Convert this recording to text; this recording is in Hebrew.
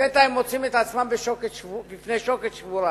ולפתע הם מוצאים את עצמם לפני שוקת שבורה.